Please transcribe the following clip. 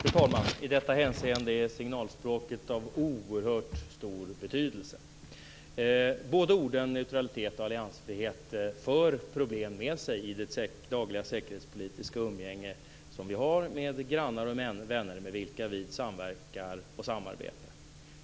Fru talman! I detta hänseende är signalspråket av oerhört stor betydelse. Både orden neutralitet och alliansfrihet för problem med sig i dagliga säkerhetspolitiska umgänge som vi har med grannar och vänner med vilka vi samverkar och samarbetar.